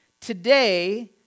today